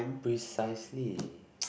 precisely